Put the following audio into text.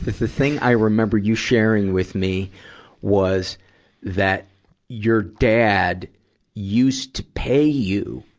the thing i remember you sharing with me was that your dad used to pay you